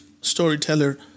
storyteller